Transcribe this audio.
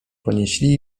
ponieśli